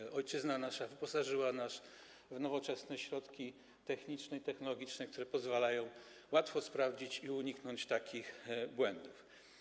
Nasza ojczyzna wyposażyła nas w nowoczesne środki techniczne i technologiczne, które pozwalają łatwo to sprawdzić i uniknąć takich błędów.